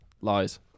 Lies